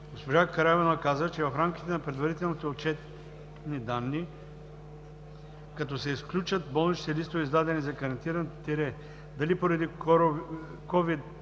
Госпожа Караиванова каза, че в рамките на предварителните отчетни данни, като се изключат болничните листове, издадени за карантина – дали поради COVID